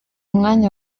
mwanya